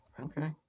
Okay